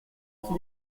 qui